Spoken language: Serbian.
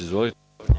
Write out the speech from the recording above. Izvolite.